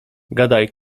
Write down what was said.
gadaj